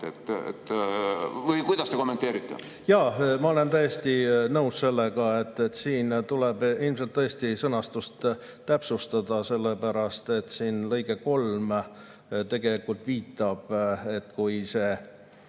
Või kuidas te kommenteerite?